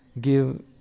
give